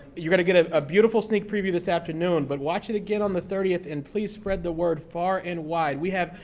you're going to get a ah beautiful sneak preview this afternoon. but watch it again on the thirtieth and please spread the word far and wide. we have,